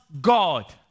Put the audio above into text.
God